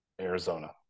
Arizona